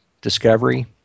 Discovery